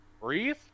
breathe